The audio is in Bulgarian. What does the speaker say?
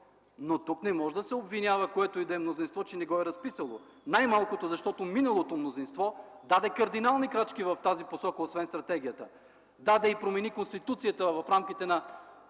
Тук не може да се обвинява което и да е мнозинство, че не го е разписало. Най-малкото, защото миналото мнозинство даде кардинални крачки в тази посока, освен стратегията – даде и промени Конституцията в рамките на